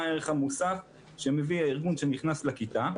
מה הערך המוסף שמביא הארגון שנכנס לכיתה,